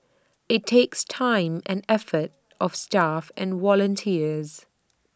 IT takes time and effort of staff and volunteers